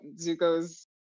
Zuko's